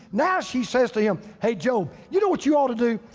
now she says to him, hey job, you know what you ought to do?